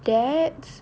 dad's